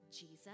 Jesus